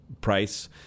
Price